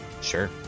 Sure